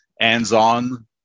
hands-on